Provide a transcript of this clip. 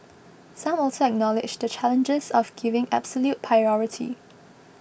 some also acknowledged the challenges of giving absolute priority